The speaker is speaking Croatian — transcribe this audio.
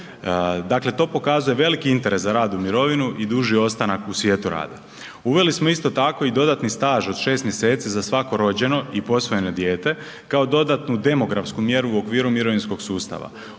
Dakle to pokazuje veliki interes za rad u mirovini i duži ostanak u svijetu rada. Uveli smo isto tako i dodatni staž od šest mjeseci za svako rođeno i posvojeno dijete kao dodatnu demografsku mjeru u okviru mirovinskog sustava.